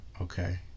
Okay